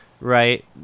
right